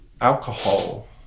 alcohol